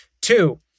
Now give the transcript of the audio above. Two